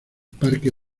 parque